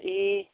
ए